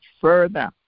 further